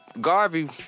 Garvey